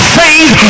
faith